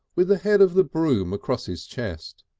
with the head of the broom across his chest.